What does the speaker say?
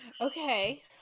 Okay